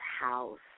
house